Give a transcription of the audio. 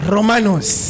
Romanos